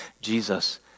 Jesus